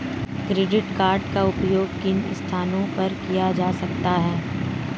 Credit card का उपयोग किन स्थानों पर किया जा सकता है?